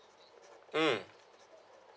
mm